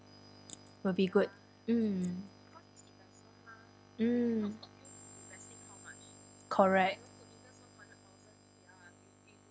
will be good mm mm correct